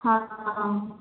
हँ